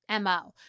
MO